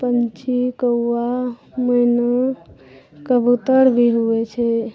पक्षी कौआ मैना कबुत्तर भी होइ छै